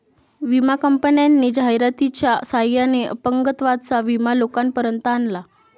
विमा कंपन्यांनी जाहिरातीच्या सहाय्याने अपंगत्वाचा विमा लोकांपर्यंत आणला